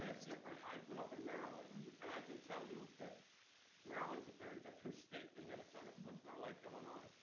it's different. i grew up in maryland, and i can tell you that maryland is a very different state than minnesota. it's much more like illinois.